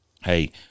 hey